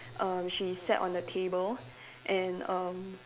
err she sat on the table and erm